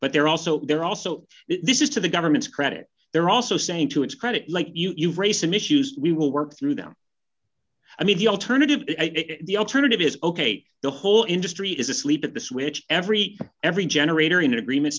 but they're also they're also this is to the government's credit they're also saying to its credit like you've raised them issues we will work through them i mean the alternative the alternative is ok the whole industry is asleep at the switch every every generator in agreement